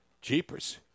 Jeepers